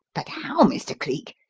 but how, mr. cleek?